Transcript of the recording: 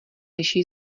liší